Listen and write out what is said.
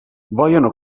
vogliono